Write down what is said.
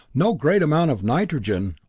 no great amount of nitrogen,